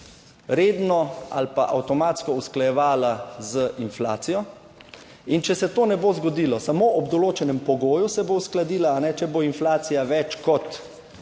redno ali pa avtomatsko usklajevala z inflacijo. In če se to ne bo zgodilo samo ob določenem pogoju, se bo uskladila, če bo inflacija več kot,